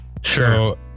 Sure